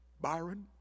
Byron